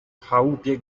chałupie